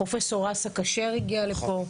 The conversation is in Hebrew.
פרופ' אסא כשר הגיע לפה,